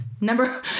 Number